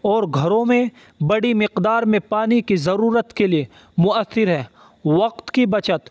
اور گھروں میں بڑی مقدار میں پانی کی ضرورت کے لیے مؤثر ہے وقت کی بچت